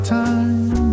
time